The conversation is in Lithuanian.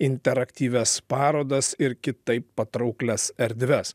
interaktyvias parodas ir kitaip patrauklias erdves